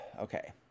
Okay